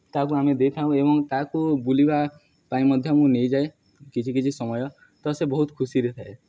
ତାକୁ ଆମେ ଦେଇଥାଉ ଏବଂ ତାହାକୁ ବୁଲିବା ପାଇଁ ମଧ୍ୟ ମୁଁ ନେଇଯାଏ କିଛି କିଛି ସମୟ ତ ସେ ବହୁତ ଖୁସିରେ ଥାଏ